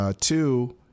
Two